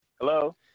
Hello